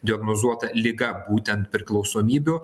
diagnozuota liga būtent priklausomybių